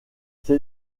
ces